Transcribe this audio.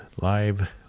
live